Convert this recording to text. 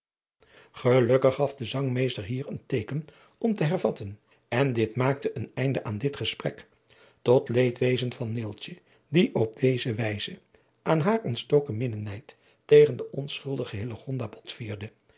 gelukkig gaf de zangmeester hier een teeken om te hervatten en dit maakte een einde aan dit gesprek tot leedwezen van neeltje die op deze wijze aan haar ontstoken minnenijd tegen de onschuldige hillegonda botvierde